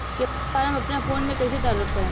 KYC form अपना phone मे कइसे डाऊनलोड करेम?